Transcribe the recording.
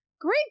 Great